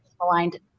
aligned